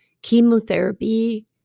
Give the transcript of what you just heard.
chemotherapy